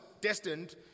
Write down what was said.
destined